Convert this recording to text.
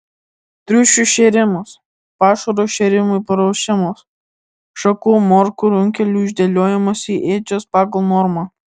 triušių šėrimas pašaro šėrimui paruošimas šakų morkų runkelių išdėliojimas į ėdžias pagal normą